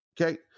Okay